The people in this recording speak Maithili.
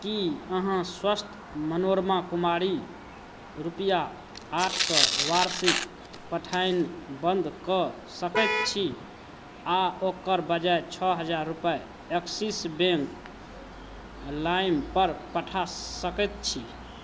की अहाँ स्वस्थ मनोरमा कुमारी रुपैआ आठ सए वार्षिक पठानि बन्द कऽ सकैत छी आ ओकर बजाय छओ हजार रूपैआ एक्सिस बैंक लाइमपर पठा सकैत छी